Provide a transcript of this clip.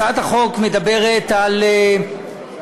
הצעת החוק מדברת על הפחתת